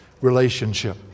relationship